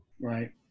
Right